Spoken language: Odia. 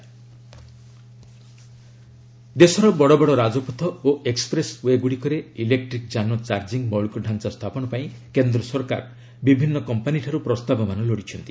ଗଭ୍ ଇଭି ଚାର୍ଜିଂ ଦେଶର ବଡ଼ବଡ଼ ରାଜପଥ ଓ ଏକ୍ସପ୍ରେସ ୱେ ଗୁଡ଼ିକରେ ଇଲେକ୍ରି ଯାନ ଚାର୍ଜଂ ମୌଳିକ ଡ଼ାଞ୍ଚା ସ୍ଥାପନ ପାଇଁ କେନ୍ଦ୍ର ସରକାର ବିଭିନ୍ନ କମ୍ପାନିଠାରୁ ପ୍ରସ୍ତାବମାନ ଲୋଡ଼ିଛନ୍ତି